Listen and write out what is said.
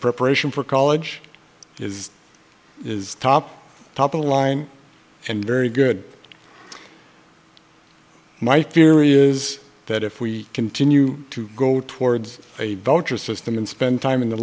preparation for college is is top top of the line and very good my theory is that if we continue to go towards a vulture system and spend time in the